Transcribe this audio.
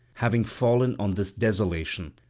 having fallen on this desolation,